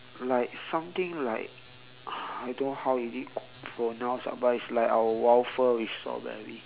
like something like I don't know how is it pronounced ah but it's like our waffle with strawberry